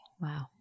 Wow